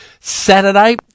Saturday